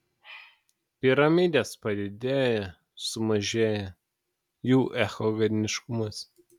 piramidės padidėja sumažėja jų echogeniškumas